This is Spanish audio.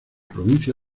provincia